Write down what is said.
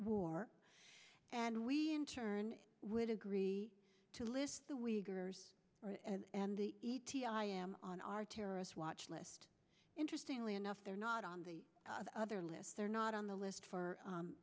war and we in turn would agree to list the we girl and the e t i am on our terrorist watch list interestingly enough they're not on the other list they're not on the list for